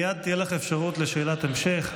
מייד תהיה לך האפשרות לשאלת המשך.